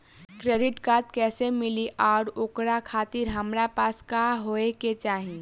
Credit card कैसे मिली और ओकरा खातिर हमरा पास का होए के चाहि?